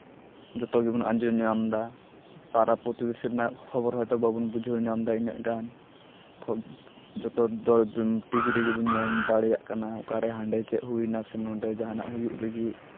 ᱡᱚᱛᱚ ᱜᱮᱵᱚᱱ ᱟᱸᱡᱚᱢ ᱧᱟᱢ ᱮᱫᱟ ᱯᱟᱲᱟ ᱯᱨᱚᱛᱤᱵᱮᱥᱤ ᱨᱮᱱᱟᱜ ᱠᱷᱚᱵᱚᱨ ᱦᱚᱭᱛᱚ ᱵᱟᱵᱚᱱ ᱵᱩᱡᱷᱟᱹᱣ ᱧᱟᱢ ᱮᱫᱟ ᱩᱱᱟᱹᱜ ᱜᱟᱱ ᱡᱚᱛᱚ ᱴᱤ ᱵᱷᱤ ᱨᱮᱜᱮ ᱵᱚᱱ ᱧᱮᱞ ᱫᱟᱲᱮᱭᱟᱜ ᱠᱟᱱᱟ ᱚᱠᱟᱨᱮ ᱦᱟᱸᱰᱮ ᱪᱮᱫ ᱦᱩᱭᱱᱟ ᱥᱮ ᱱᱚᱰᱮ ᱡᱟᱦᱟᱱᱟᱜ ᱦᱩᱭᱩᱜ ᱞᱟᱹᱜᱤᱫ